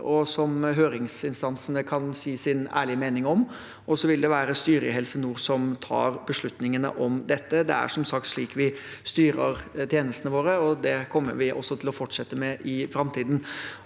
og som høringsinstansene kan si sin ærlige mening om. Det vil være styret i Helse nord som tar beslutningene om dette. Det er som sagt slik vi styrer tjenestene våre, og det kommer vi til å fortsette med i framtiden.